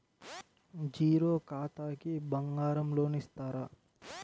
Zero ఖాతాకి బంగారం loan ఇస్తారా?